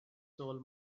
soul